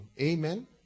Amen